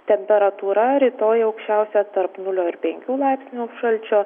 temperatūra rytoj aukščiausia tarp nulio ir penkių laipsnių šalčio